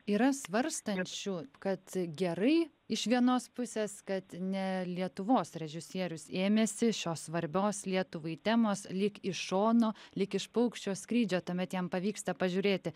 yra svarstančių kad gerai iš vienos pusės kad ne lietuvos režisierius ėmėsi šios svarbios lietuvai temos lyg iš šono lyg iš paukščio skrydžio tuomet jam pavyksta pažiūrėti